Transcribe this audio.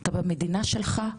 אתה במדינה שלך,